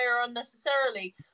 unnecessarily